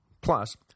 Plus